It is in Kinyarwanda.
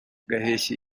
gaheshyi